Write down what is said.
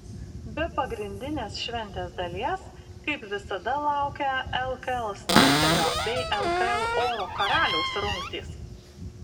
be pagrindinės šventės dalies kaip visada laukia lkl snaiperio bei lkl oro karaliaus rungtys